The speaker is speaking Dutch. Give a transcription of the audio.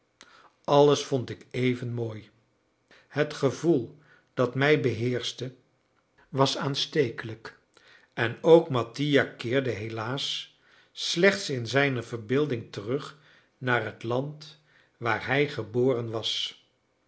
alles vond ik even mooi het gevoel dat mij beheerschte was aanstekelijk en ook mattia keerde helaas slechts in zijne verbeelding terug naar het land waar hij geboren was